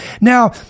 Now